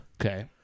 Okay